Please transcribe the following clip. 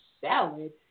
Salad